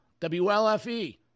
wlfe